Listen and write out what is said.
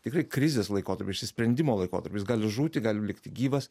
tikrai krizės laikotarpiu išsisprendimo laikotarpiu jis gali žūti gali likti gyvas